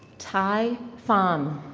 ty fung.